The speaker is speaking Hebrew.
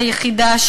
היחידה,